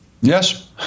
yes